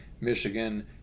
Michigan